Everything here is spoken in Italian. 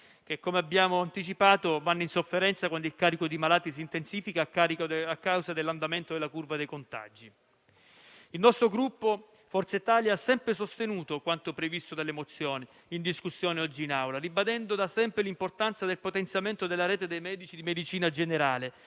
che - come abbiamo anticipato - vanno in sofferenza quando il carico di malati si intensifica a causa dell'andamento della curva dei contagi. Il nostro Gruppo, Forza Italia, ha sempre sostenuto quanto previsto dalle mozioni in discussione oggi in Aula, ribadendo da sempre l'importanza del potenziamento della rete dei medici di medicina generale